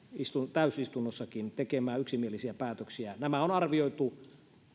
täysistunnossakin tekemään yksimielisiä päätöksiä nämä on arvioitu